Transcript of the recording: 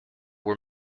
were